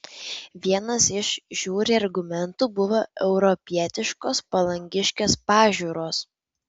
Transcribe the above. vienas iš žiuri argumentų buvo europietiškos palangiškės pažiūros